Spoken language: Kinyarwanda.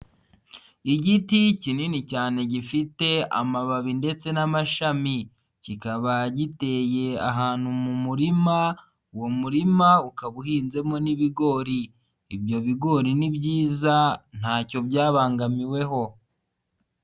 Igiti kinini cyane gifite amababi ndetse n'amashami, kikaba giteye ahantu mu murima, uwo murima ukaba uhinzemo n'ibigori, ibyo bigori ni byiza, ntacyo byabangamiweho.